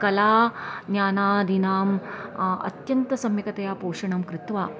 कला ज्ञानादिनाम् अत्यन्तं सम्यकतया पोषणं कृत्वा